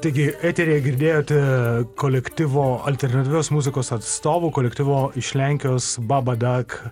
taigi eteryje girdėjote kolektyvo alternatyvios muzikos atstovų kolektyvo iš lenkijos babadak